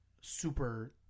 super